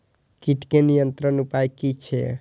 कीटके नियंत्रण उपाय कि छै?